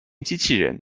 机器人